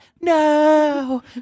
no